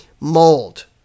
mold